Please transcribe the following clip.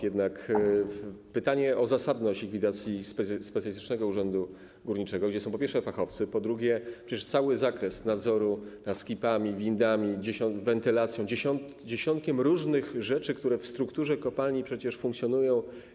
Jest pytanie o zasadność likwidacji Specjalistycznego Urzędu Górniczego, gdzie są, po pierwsze, fachowcy, a po drugie, jest cały zakres nadzoru - nad skipami, windami, wentylacją, dziesiątkiem różnych rzeczy, które w strukturze kopalni funkcjonują.